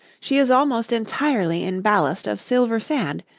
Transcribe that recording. she is almost entirely in ballast of silver sand,